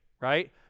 right